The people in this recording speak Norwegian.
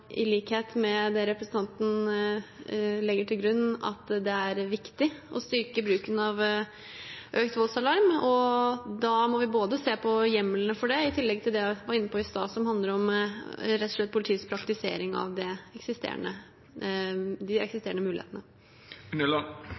i likhet med det representanten legger til grunn, at det er viktig å styrke bruken av økt voldsalarm. Da må vi se på hjemlene for det, i tillegg til det jeg var inne på i stad, som handler om politiets praktisering av de eksisterende mulighetene.